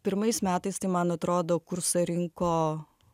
pirmais metais tai man atrodo kursą rinko